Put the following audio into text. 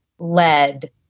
Led